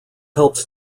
helps